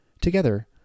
Together